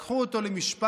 לקחו אותו למשפט,